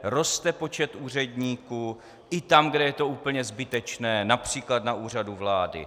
Roste počet úředníků i tam, kde je to úplně zbytečné, např. na Úřadu vlády.